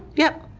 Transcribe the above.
yep.